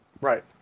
Right